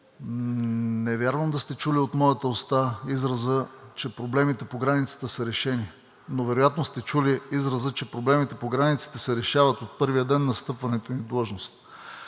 не вярвам да сте чули от моята уста израза „проблемите по границата са решени“, но вероятно сте чули израза „проблемите по границите се решават от първия ден на встъпването ми в длъжност“.